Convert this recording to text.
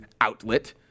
outlet